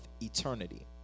eternity